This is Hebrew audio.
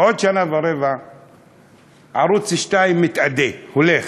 בעוד שנה ורבע ערוץ 2 מתאדה, הולך,